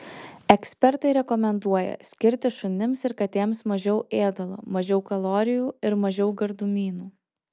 ekspertai rekomenduoja skirti šunims ir katėms mažiau ėdalo mažiau kalorijų ir mažiau gardumynų